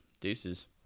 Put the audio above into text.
Deuces